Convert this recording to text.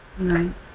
Right